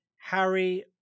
Harry